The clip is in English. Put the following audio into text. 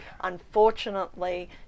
Unfortunately